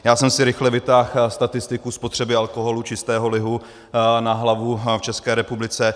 Já jsem si rychle vytáhl statistiku spotřeby alkoholu, čistého lihu na hlavu v České republice.